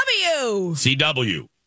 CW